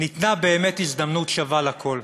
ניתנה באמת הזדמנות שווה לכול.